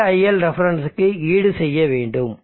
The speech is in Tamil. பழைய iLref க்கு ஈடுசெய்ய வேண்டும்